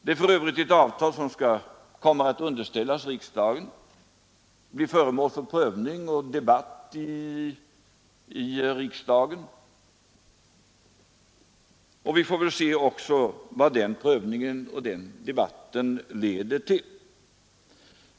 Det är för övrigt ett avtal som kommer att underställas riksdagen — bli föremål för prövning och debatt i riksdagen — och vi får väl se vad den prövningen och debatten leder till.